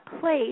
place